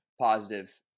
positive